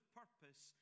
purpose